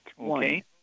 Okay